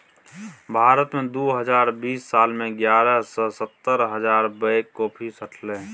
भारत मे दु हजार बीस साल मे एगारह सय सत्तर हजार बैग कॉफी सठलै